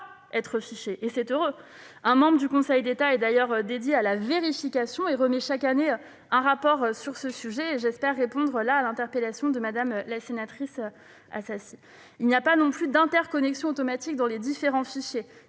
être fichés, et c'est heureux. Un membre du Conseil d'État, chargé de la vérification, remet chaque année un rapport sur ce sujet. J'espère avoir ainsi répondu à l'interpellation de Mme la sénatrice Assassi. Il n'y a pas non plus d'interconnexion automatique entre les différents fichiers.